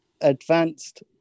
advanced